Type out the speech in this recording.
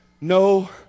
No